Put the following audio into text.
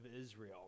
Israel